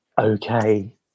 okay